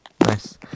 Nice